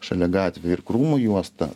šalia gatvių ir krūmų juosta